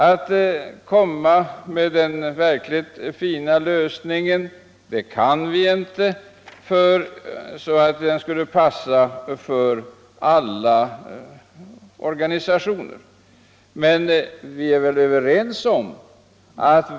Det är inte möjligt att finna den verkligt fina lösningen, en lösning som skulle passa alla organisationer.